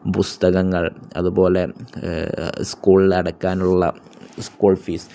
പുസ്തകങ്ങൾ അതുപോലെ സ്കൂളിൽ അടയ്ക്കാനുള്ള സ്കൂൾ ഫീസ്